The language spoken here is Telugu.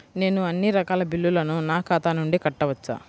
నేను అన్నీ రకాల బిల్లులను నా ఖాతా నుండి కట్టవచ్చా?